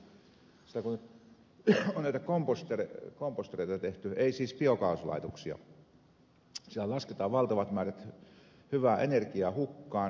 silloin kun on näitä kompostoreita tehty ei siis biokaasulaitoksia siellä lasketaan valtavat määrät hyvää energiaa hukkaan samalla tavalla kuin tässä